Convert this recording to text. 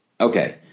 Okay